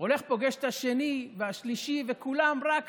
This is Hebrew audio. הולך, פוגש את השני והשלישי, וכולם, רק